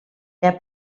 der